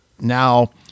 now